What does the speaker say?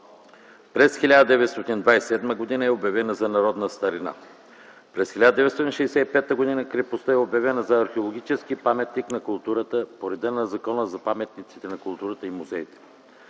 През 1927 г. е обявена за народна старина. През 1965 г. крепостта е обявена за археологически паметник на културата по реда на Закона за паметниците на културата и музеите.